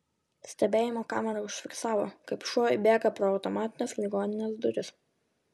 stebėjimo kamera užfiksavo kaip šuo įbėga pro automatines ligoninės duris